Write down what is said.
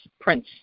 prince